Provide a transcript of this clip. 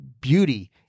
beauty